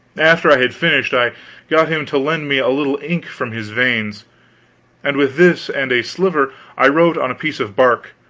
after i had finished, i got him to lend me a little ink from his veins and with this and a sliver i wrote on a piece of bark